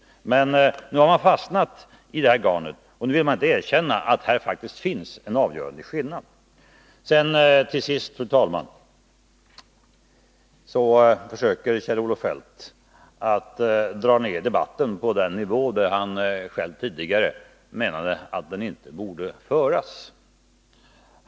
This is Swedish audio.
Men nu har man fastnat i det här garnet, och nu vill man inte erkänna att det här faktiskt finns en avgörande skillnad. Till sist, fru talman, försöker Kjell-Olof Feldt dra ner debatten till en nivå som han själv tidigare menade var för låg.